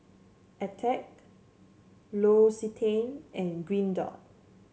Attack L'Occitane and Green Dot